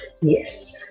Yes